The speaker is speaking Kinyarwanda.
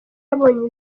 yabonye